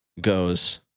goes